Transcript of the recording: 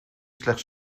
slechts